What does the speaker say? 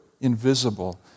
invisible